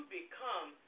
become